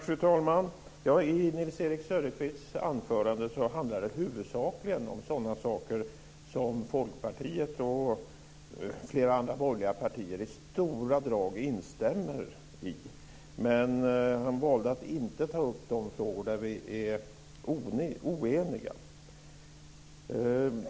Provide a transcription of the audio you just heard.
Fru talman! I Nils-Erik Söderqvists anförande handlar det huvudsakligen om sådana saker som Folkpartiet och flera andra borgerliga partier i stora drag instämmer i. Men han valde att inte ta upp de frågor där vi är oeniga.